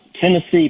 Tennessee